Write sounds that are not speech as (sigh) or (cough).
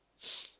(noise)